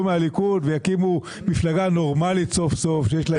מהליכוד וסוף סוף יקימו מפלגה נורמלית שיש לה